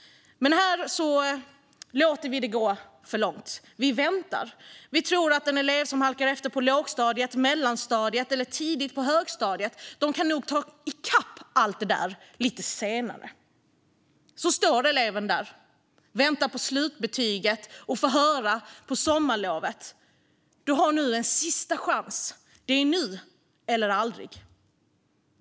Men här låter vi det gå för långt. Vi väntar. Vi tror att en elev som halkar efter på lågstadiet, mellanstadiet eller tidigt på högstadiet nog kan ta igen allt detta lite senare. Men sedan står eleven där och väntar på slutbetyget och får höra på sommarlovet: Du har nu en sista chans. Det är nu eller aldrig.